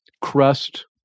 crust